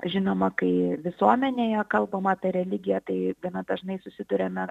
žinoma kai visuomenėje kalbama apie religiją tai gana dažnai susiduriame